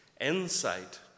insight